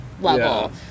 level